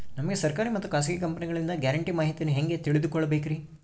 ನಮಗೆ ಸರ್ಕಾರಿ ಮತ್ತು ಖಾಸಗಿ ಕಂಪನಿಗಳಿಂದ ಗ್ಯಾರಂಟಿ ಮಾಹಿತಿಯನ್ನು ಹೆಂಗೆ ತಿಳಿದುಕೊಳ್ಳಬೇಕ್ರಿ?